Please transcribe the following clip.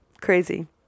crazy